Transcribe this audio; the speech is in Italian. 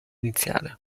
iniziale